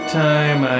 time